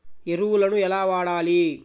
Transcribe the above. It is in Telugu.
ఎరువులను ఎలా వాడాలి?